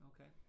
Okay